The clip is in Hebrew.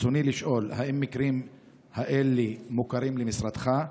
ברצוני לשאול: האם המקרים האלה מוכרים למשרדך?